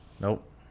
Nope